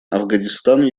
афганистан